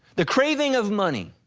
the craving of money,